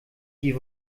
die